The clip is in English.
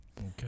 okay